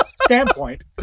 standpoint